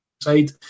side